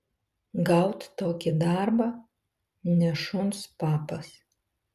gaut tokį darbą ne šuns papas